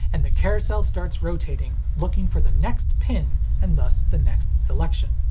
and the carousel starts rotating, looking for the next pin and thus the next selection.